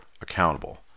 accountable